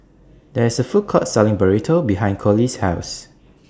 There IS A Food Court Selling Burrito behind Coley's House